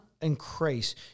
increase